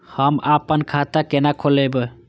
हम आपन खाता केना खोलेबे?